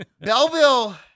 Belleville